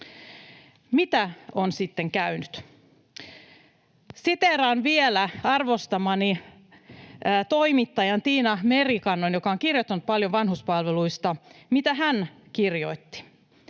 Mitä on sitten käynyt? Siteeraan vielä arvostamaani toimittajaa Tiina Merikantoa, joka on kirjoittanut paljon vanhuspalveluista, sitä, mitä hän kirjoitti.